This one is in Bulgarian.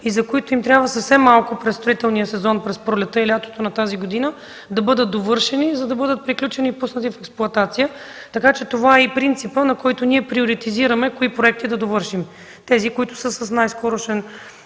и на които трябва съвсем малко през строителния сезон – през пролетта и лятото на тази година да бъдат довършени, за да бъдат приключени и пуснати в експлоатация. Това е принципът, по който ние приоритизираме кои проекти да довършим – тези, които са с най-малък